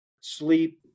sleep